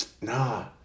nah